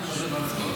--- צחוק?